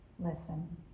Listen